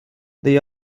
they